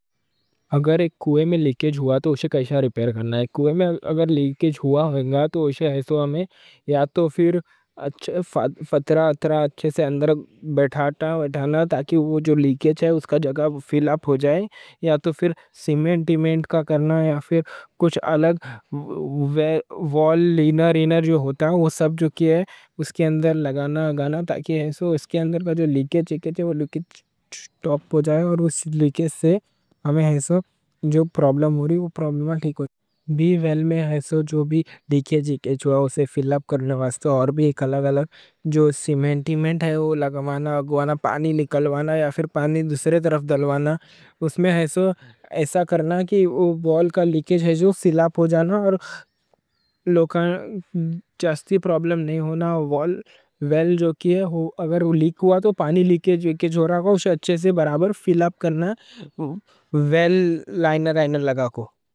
اگر ایک کوئیں میں لیکج ہوا، تو اُسے کیسے ریپیئر کرنا ہے؟ کوئیں میں اگر لیکج ہوا ہوگا، تو اُسے ایسو یا تو پھر فترہ اترہ اچھے سے اندر بٹھانا تاکہ وہ جو لیکج ہے، اُس کا جگہ فل اپ ہو جائے۔ یا تو پھر سیمنٹیمنٹ کا کرنا۔ یا پھر کچھ الگ ویل لائنر جو ہوتا ہے، وہ سب جو کیا ہے اُس کے اندر لگانا تاکہ ایسو اس کے اندر کا جو لیکج ہے وہ لیکج ٹھپ ہو جائے۔ اور اُس لیکج سے ہمیں ایسو جو پرابلم ہو رہی ہے، وہ پرابلم ٹھیک ہو جائے، بھی ویل میں ایسو جو بھی لیکج ہو رہا ہے، اُسے فل اپ کرنا واسطے اور بھی ایک الگ الگ جو سیمنٹیمنٹ ہے، وہ لگوانا، پانی نکلوانا یا پھر پانی دوسرے طرف دلوانا۔ اِس میں ایسو ایسا کرنا کہ وہ ویل کا لیکج ہے، جو فل اپ ہو جانا۔ اور لوکی جوسٹی پرابلم نہیں ہونا، ویل جوکی ہے، اگر وہ لیک ہوا، تو پانی لیکج ہو رہا ہو، اُسے اچھے سے برابر فل اپ کرنا، ویل لائنر لگا کو۔